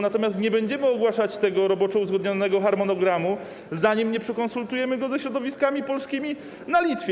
Natomiast nie będziemy ogłaszać tego roboczo uzgodnionego harmonogramu, zanim nie skonsultujemy go ze środowiskami polskimi na Litwie.